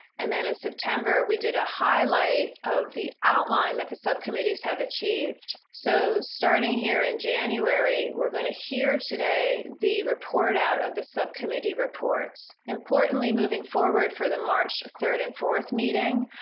and then in september we did a highlight of the outline that the subcommittees have achieved. so starting here in january, we're going to hear today the report out of the subcommittee reports. importantly moving forward for the march third and fourth meeting,